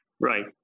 Right